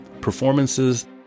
performances